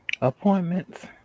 Appointments